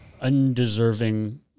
undeserving